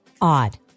odd